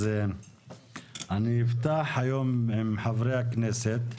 אז אני אפתח היום עם חברי הכנסת.